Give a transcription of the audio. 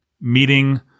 meeting